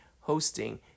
hosting